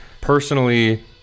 personally